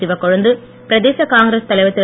சிவக்கொழுந்து பிரதேச காங்கிரஸ் தலைவர் திரு